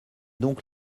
donc